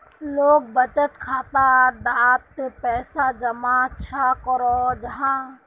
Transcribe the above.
लोग बचत खाता डात पैसा जमा चाँ करो जाहा?